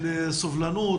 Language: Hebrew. של סובלנות,